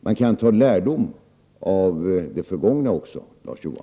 Man kan även ta lärdom av det förgångna, Larz Johansson.